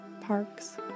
parks